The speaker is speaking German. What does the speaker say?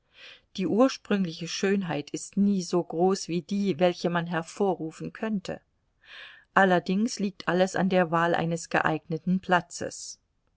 die ursprüngliche schönheit ist nie so groß wie die welche man hervorrufen könnte allerdings liegt alles an der wahl eines geeigneten platzes